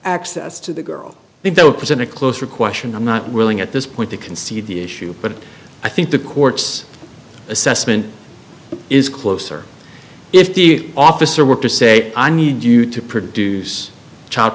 access to the girl they don't present a closer question i'm not willing at this point to concede the issue but i think the court's assessment is closer if the officer were to say i need you to produce child